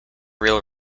real